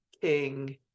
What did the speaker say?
King